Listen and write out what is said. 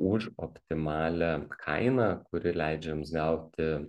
už optimalią kainą kuri leidžia jums gauti